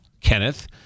Kenneth